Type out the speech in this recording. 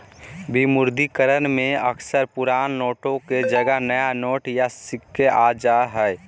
विमुद्रीकरण में अक्सर पुराना नोट के जगह नया नोट या सिक्के आ जा हइ